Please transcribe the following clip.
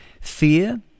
Fear